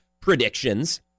predictions